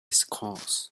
scrolls